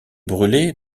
brûlé